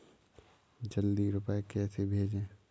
जल्दी रूपए कैसे भेजें?